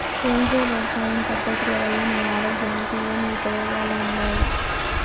సేంద్రియ వ్యవసాయం పద్ధతుల వల్ల మన ఆరోగ్యానికి ఏమి ఉపయోగాలు వుండాయి?